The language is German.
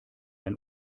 ein